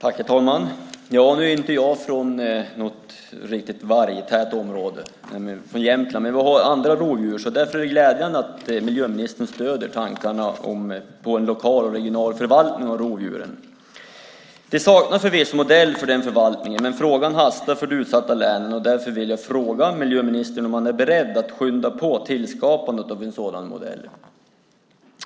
Herr talman! Jag är ju från Jämtland och inte från något riktigt vargtätt område, men vi har andra rovdjur. Därför är det glädjande att miljöministern stöder tankarna om en lokal och regional förvaltning av rovdjuren. Det saknas förvisso en modell för denna förvaltning, men frågan hastar för de utsatta länen. Därför vill jag fråga miljöministern om han är beredd att skynda på tillskapandet av en sådan modell.